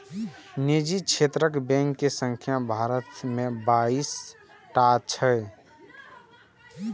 निजी क्षेत्रक बैंक के संख्या भारत मे बाइस टा छै